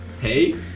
Hey